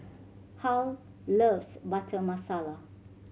Harl loves Butter Masala